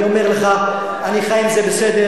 אני אומר לך: אני חי עם זה בסדר,